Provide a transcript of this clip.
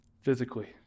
physically